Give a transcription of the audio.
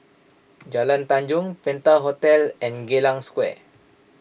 Jalan Tanjong Penta Hotel and Geylang Square